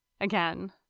again